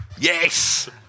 Yes